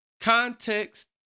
Context